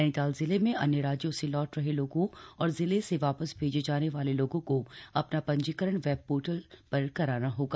नैनीताल जिले में अन्य राज्यों से लौट रहे लोगों और जिले से वापस भेजे जाने वाले लोगों को अपना पंजीकरण वेब पोर्टल पर कराना होगा